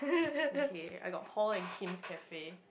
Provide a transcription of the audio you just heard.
okay I got Paul and Kim's cafe